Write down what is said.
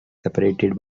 separated